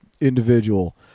individual